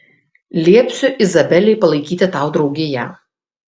liepsiu izabelei palaikyti tau draugiją